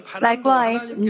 Likewise